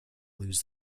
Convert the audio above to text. lose